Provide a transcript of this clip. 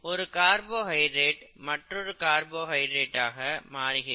ஒரு கார்போஹைட்ரேட் மற்றொரு கார்போஹைட்ரேட் ஆக மாறுகிறது